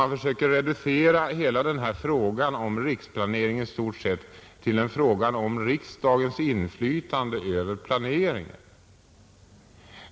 Man försöker reducera hela frågan om riksplaneringen till i stort sett en fråga om riksdagens inflytande över planeringen.